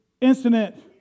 incident